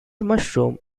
mushrooms